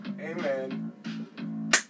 Amen